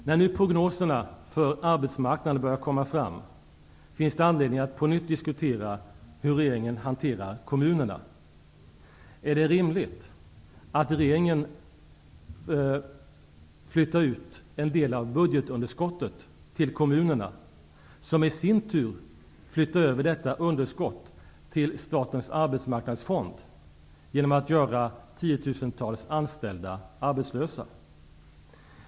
När nu prognoserna för arbetsmarknaden börjar komma fram finns det anledning att på nytt diskutera hur regeringen hanterar kommunerna. Är det rimligt att regeringen flyttar ut en del av budgetunderskottet till kommunerna, som i sin tur flyttar över detta underskott till statens arbetsmarknadsfond genom att göra 10 000-tals anställda arbetslösa?